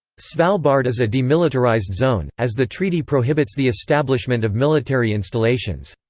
svalbard is a demilitarized zone, as the treaty prohibits the establishment of military installations.